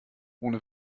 ohne